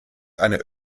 eine